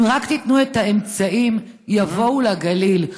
אם רק תיתנו את האמצעים, יבואו לגליל.